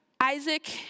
Isaac